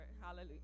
hallelujah